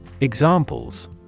Examples